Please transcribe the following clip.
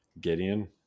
Gideon